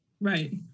Right